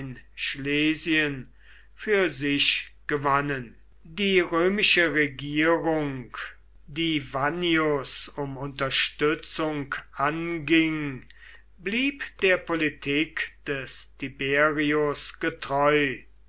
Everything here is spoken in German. schlesien für sich gewannen die römische regierung die vannius um unterstützung anging blieb der politik des tiberius getreu